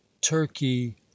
turkey